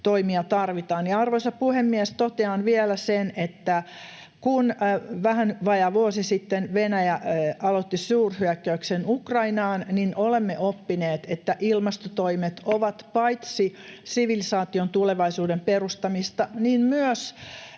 Arvoisa puhemies! Totean vielä, että kun vähän vajaa vuosi sitten Venäjä aloitti suurhyökkäyksen Ukrainaan, olemme oppineet, että ilmastotoimet ovat paitsi sivilisaation tulevaisuuden perustamista [Puhemies